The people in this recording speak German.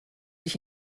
ich